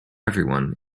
everyone